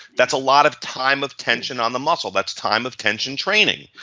that's a lot of time of tension on the muscle. that's time of tension training.